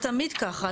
זה תמיד ככה.